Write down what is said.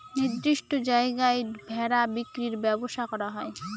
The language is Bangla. নির্দিষ্ট জায়গায় ভেড়া বিক্রির ব্যবসা করা হয়